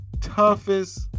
toughest